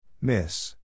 Miss